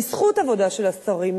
בזכות עבודה של השרים,